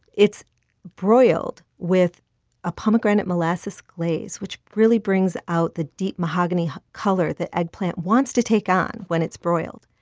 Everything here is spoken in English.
it's broiled with a pomegranate molasses glaze, which really brings out the deep mahogany color that eggplant wants to take on when it's broiled.